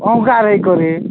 ହଁ କା ର କରି